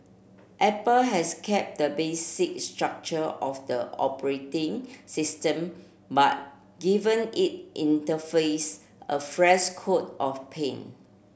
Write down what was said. apple has kept the basic structure of the operating system but given it interface a fresh coat of paint